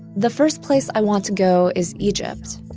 the first place i want to go is egypt.